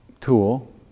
tool